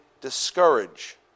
discourage